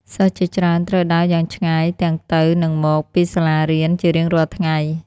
សិស្សជាច្រើនត្រូវដើរយ៉ាងឆ្ងាយទាំងទៅនិងមកពីសាលារៀនជារៀងរាល់ថ្ងៃ។